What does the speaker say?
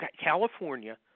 California